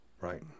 right